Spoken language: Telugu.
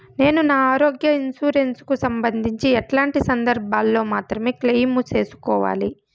నేను నా ఆరోగ్య ఇన్సూరెన్సు కు సంబంధించి ఎట్లాంటి సందర్భాల్లో మాత్రమే క్లెయిమ్ సేసుకోవాలి?